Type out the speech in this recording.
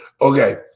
Okay